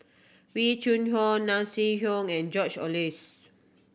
Wee Cho Nai Swee and George Oehlers